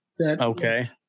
Okay